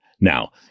Now